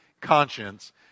conscience